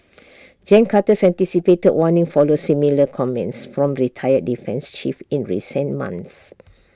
gen Carter's anticipated warning follows similar comments from retired defence chiefs in recent months